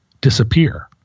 disappear